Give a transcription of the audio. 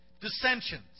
dissensions